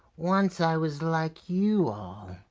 once i was like you all.